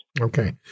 Okay